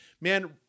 Man